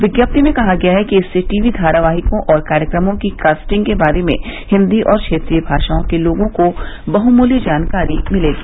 विज्ञप्ति में कहा गया है कि इससे टीवी धारावाहिकों और कार्यक्रमों की कास्टिंग के बारे में हिंदी और क्षेत्रीय भाषाओं के लोगों को बहमूल्य जानकारी मिलेगी